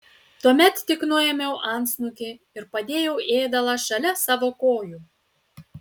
tuomet tik nuėmiau antsnukį ir padėjau ėdalą šalia savo kojų